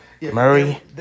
Murray